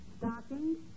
stockings